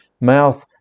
mouth